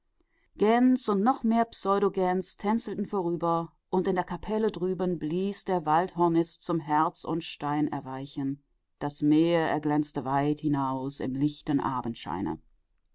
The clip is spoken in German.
und noch viel mehr pseudogents tänzelten vorüber und in der kapelle drüben blies der waldhornist zum herz und steinerweichen das meer erglänzte weit hinaus im